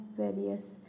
various